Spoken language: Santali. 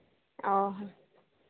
ᱚᱸᱻ